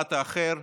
קבלת האחר,